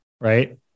right